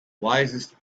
wisest